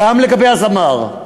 גם לגבי הזמר.